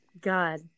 God